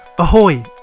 Ahoy